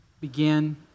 begin